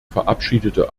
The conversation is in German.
verabschiedete